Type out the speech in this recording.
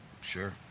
Sure